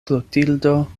klotildo